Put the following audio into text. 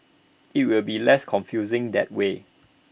IT will be less confusing that way